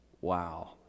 wow